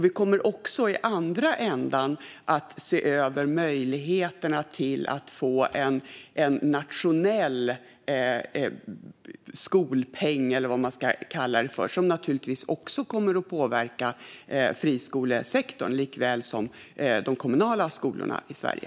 I andra ändan kommer vi också att se över möjligheterna till att få till stånd en nationell skolpeng, eller vad man ska kalla det, som naturligtvis också kommer att påverka friskolesektorn likväl som de kommunala skolorna i Sverige.